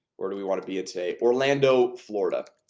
or do we want to be a tape, orlando, florida?